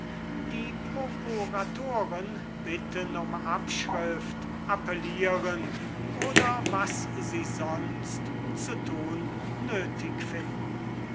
die prokuratoren bitten um abschrift appellieren oder was sie sonst zu tun nötig finden